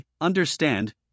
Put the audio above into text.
understand